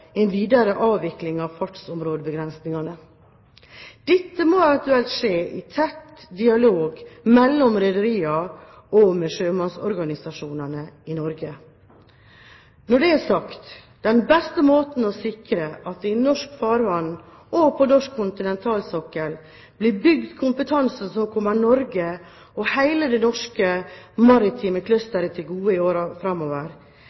en videre avvikling av fartsområdebegrensningene. Dette må eventuelt skje i tett dialog mellom rederiene og med sjømannsorganisasjonene i Norge. Når det er sagt: Den beste måten å sikre det på at det i norsk farvann og på norsk kontinentalsokkel blir bygd kompetanse som kommer Norge og hele den norske maritime clusteren til gode i årene framover,